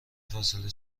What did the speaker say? فاصله